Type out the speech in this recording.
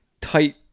tight